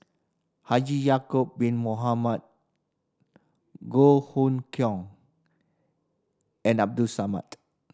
Haji Ya'acob Bin Mohamed Goh Hood Keng and Abdul Samad